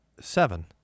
Seven